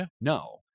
no